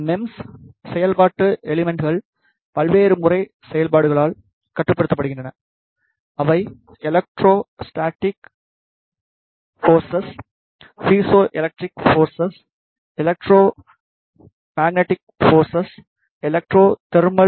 MEMS செயல்பாட்டு எலிமெண்ட்கள் பல்வேறு முறை செயல்பாடுகளால் கட்டுப்படுத்தப்படுகின்றன அவை electrostatic forces piezo electric forces electromagnetic forces electro thermal